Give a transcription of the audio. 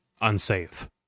unsafe